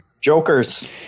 Jokers